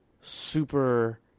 super